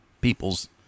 peoples